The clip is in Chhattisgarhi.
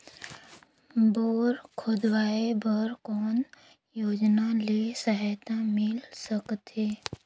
बोर खोदवाय बर कौन योजना ले सहायता मिल सकथे?